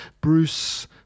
Bruce